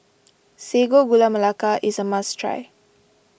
Sago Gula Melaka is a must try